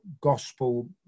gospel